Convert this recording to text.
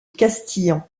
castillan